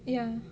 ya